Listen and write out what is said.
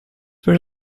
very